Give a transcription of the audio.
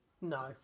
No